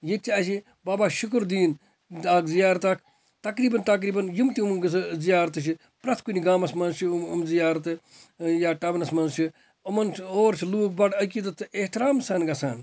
ییٚتہِ چھِ اَسہِ بابا شُکر دین اَکھ زِیارَت اَکھ تَقریبن تَقریبن یِم تہِ وونکٮ۪س زِیارتہٕ چھِ پرٮ۪تھ کُنہِ گامَس مَنٛز چھِ یِم زِیارتہٕ یا ٹاونَس مَنٛز چھِ یِمَن اور چھِ لُکھ بَڑٕ عقیدَت تہٕ احترام سان گَژھان